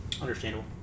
Understandable